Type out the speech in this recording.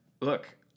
look